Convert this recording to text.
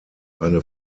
eine